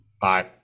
Bye